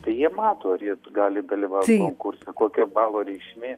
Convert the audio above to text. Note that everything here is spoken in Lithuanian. tai jie mato ar jie gali dalyvaut konkurse kokia balo reikšmė